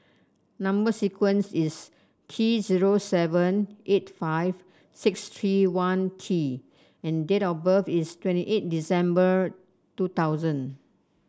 number sequence is T zero seven eight five six three one T and date of birth is twenty eight December two thousand